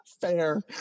Fair